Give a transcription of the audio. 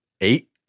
Eight